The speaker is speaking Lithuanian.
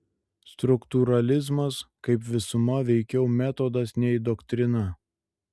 struktūralizmas kaip visuma veikiau metodas nei doktrina